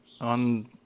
on